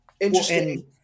interesting